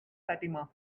fatima